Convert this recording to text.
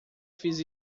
fiz